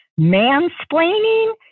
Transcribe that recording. mansplaining